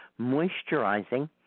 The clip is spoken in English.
moisturizing